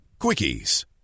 quickies